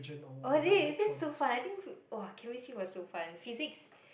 oh this is this is so fun I think food !wah! chemistry was so fun physics